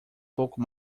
pouco